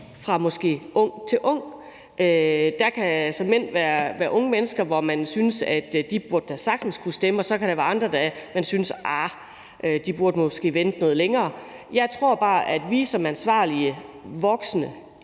fra ung til ung. Der kan såmænd være unge mennesker, om hvem man synes, at de da sagtens burde kunne stemme, og så kan der være andre, om hvem man synes, at de måske burde vente noget længere. Jeg tror bare, at vi som ansvarlige voksne